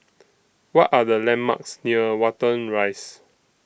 What Are The landmarks near Watten Rise